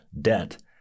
debt